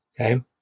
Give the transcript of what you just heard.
Okay